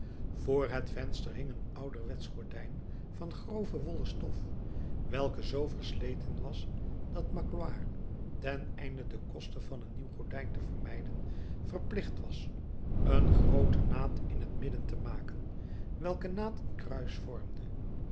vr het venster hing een ouderwetsch gordijn van grove wollen stof welke zoo versleten was dat magloire ten einde de kosten van een nieuw gordijn te vermijden verplicht was een grooten naad in het midden te maken welke naad een kruis vormde